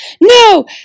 no